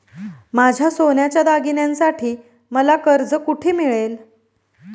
माझ्या सोन्याच्या दागिन्यांसाठी मला कर्ज कुठे मिळेल?